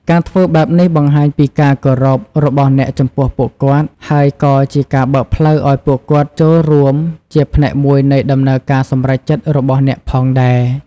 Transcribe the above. ការធ្វើបែបនេះបង្ហាញពីការគោរពរបស់អ្នកចំពោះពួកគាត់ ហើយក៏ជាការបើកផ្លូវឱ្យពួកគាត់ចូលរួមជាផ្នែកមួយនៃដំណើរការសម្រេចចិត្តរបស់អ្នកផងដែរ។